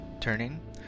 turning